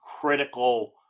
critical